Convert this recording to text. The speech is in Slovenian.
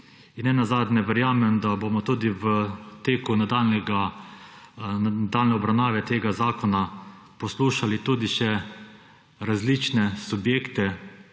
Nenazadnje, verjamem, da bomo tudi v teku nadaljnje obravnave tega zakona poslušali tudi še različne subjekte,